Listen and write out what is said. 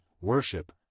worship